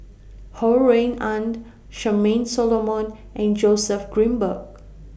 Ho Rui An Charmaine Solomon and Joseph Grimberg